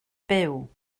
byw